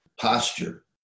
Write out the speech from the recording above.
posture